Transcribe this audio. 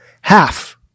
Half